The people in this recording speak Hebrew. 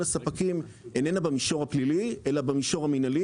הספקים איננה במישור הפלילי אלא במישור המנהלי.